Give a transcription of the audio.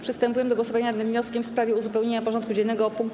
Przystępujemy do głosowania nad wnioskiem w sprawie uzupełnienia porządku dziennego o punkt: